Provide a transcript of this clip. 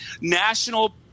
national